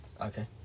Okay